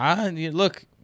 Look